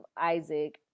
Isaac